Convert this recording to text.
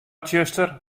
tsjuster